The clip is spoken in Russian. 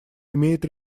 имеет